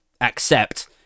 accept